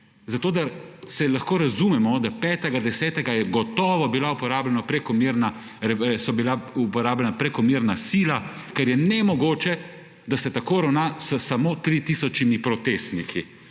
Zato, da se lahko razumemo, da 5. 10. so gotovo bila uporabljena prekomerna sila, ker je nemogoče, da se tako ravna s samo 3 tisoč protestniki.